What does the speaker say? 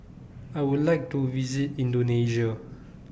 I Would like to visit Indonesia